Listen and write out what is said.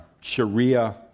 Sharia